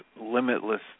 limitless